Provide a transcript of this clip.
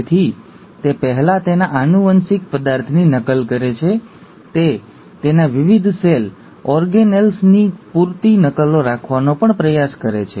તેથી તે પહેલા તેના આનુવંશિક પદાર્થની નકલ કરે છે તે તેના વિવિધ સેલ ઓર્ગેનેલ્સ ની પૂરતી નકલો રાખવાનો પણ પ્રયાસ કરે છે